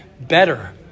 better